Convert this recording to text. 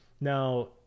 Now